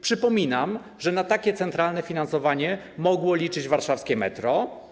Przypominam, że na takie centralne finansowanie mogło liczyć warszawskie metro.